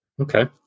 Okay